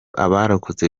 abarokotse